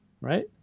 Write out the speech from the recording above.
right